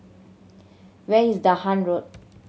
where is Dahan Road